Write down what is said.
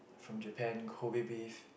from Japan Kobe beef